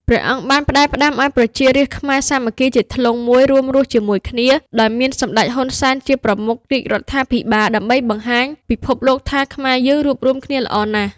ព្រះអង្គបានផ្ដែផ្ដាំឱ្យប្រជារាស្ត្រខ្មែរសាមគ្គីជាធ្លុងមួយ រួមរស់ជាមួយគ្នា ដោយមានសម្ដេច ហ៊ុន សែន ជាប្រមុខរាជរដ្ឋាភិបាល ដើម្បីបង្ហាញពិភពលោកថាខ្មែរយើងរួបរួមគ្នាល្អណាស់។